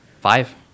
Five